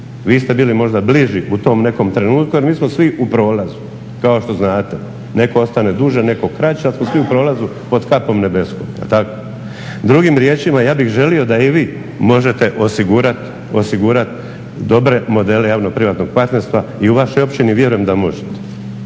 Vi ste bili možda bliži u tom nekom trenutku jer mi smo svi u prolazu kao što znate. Netko ostane duže, netko kraće, ali smo svi u prolazu pod kapom nebeskom, jel tako. Drugim riječima, ja bih želio da i vi možete osigurat dobre modele javno-privatnog partnerstva i u vašoj općini vjerujem da možete.